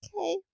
Okay